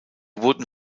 wurden